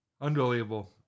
Unbelievable